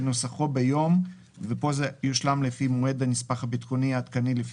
כנוסחו ביום ______* [יושלם בהתאם למועד הנספח